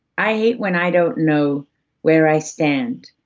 i hate when i don't know where i stand.